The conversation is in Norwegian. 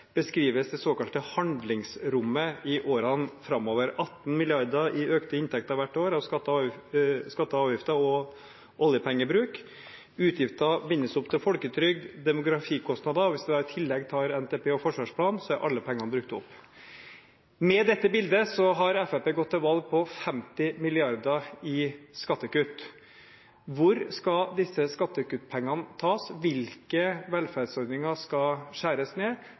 beskrives det såkalte handlingsrommet i årene framover: 18 mrd. kr i økte inntekter hvert år av skatter og avgifter og oljepengebruk, utgifter bindes opp til folketrygd og demografikostnader – og hvis en da i tillegg tar NTP og forsvarsplan, er alle pengene brukt opp. Med dette bildet har Fremskrittspartiet gått til valg på 50 mrd. kr i skattekutt. Hvor skal disse skattekuttpengene tas? Hvilke velferdsordninger skal skjæres ned